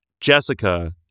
Jessica